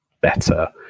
better